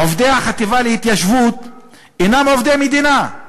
עובדי החטיבה להתיישבות אינם עובדי מדינה,